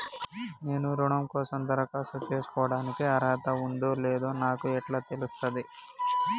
నేను రుణం కోసం దరఖాస్తు చేసుకోవడానికి అర్హత ఉందో లేదో నాకు ఎట్లా తెలుస్తది?